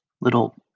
little